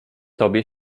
tobie